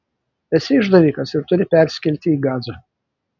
esi išdavikas ir turi persikelti į gazą